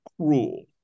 cruel